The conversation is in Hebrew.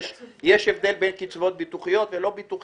אני רק אומר שיש הבדל בין קצבאות ביטוחיות לבין קצבאות לא ביטוחיות,